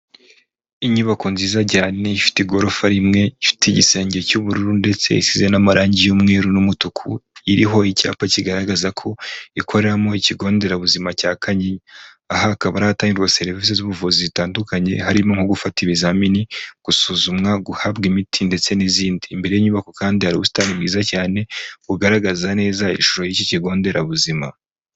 Inyubako nziza cyane ifite igorofa rimwe ifite igisenge cy'ubururu ndetse ya isize n'amarangi y'umweru n'umutuku. Iriho icyapa kigaragaza ko ikoreramo ikigo nderabuzima cya Kanyinya. Aha hakaba ari ahatangirwa serivisi z'ubuvuzi zitandukanye, harimo nko gufata ibizamini, gusuzumwa, guhabwa imiti, ndetse n'izindi. Imbere y'inyubako kandi hari ubusitani bwiza cyane bugaragaza neza ishusho y'iki kigo nderabuzima.